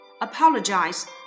Apologize